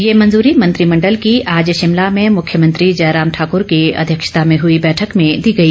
ये मंजूरी मंत्रिमंडल की आज शिमला में मुख्यमंत्री जयराम ठाकुर की अध्यक्षता में हुई बैठक में दी गई